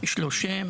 יש לו שם,